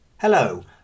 Hello